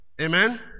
Amen